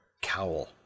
Cowl